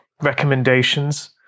recommendations